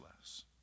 less